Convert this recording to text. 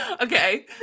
Okay